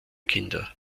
kinder